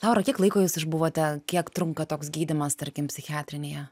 laura kiek laiko jūs išbuvote kiek trunka toks gydymas tarkim psichiatrinėje